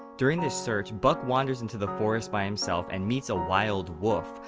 during this search, buck wanders into the forest by himself and meets a wild wolf,